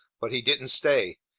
but he didn't say.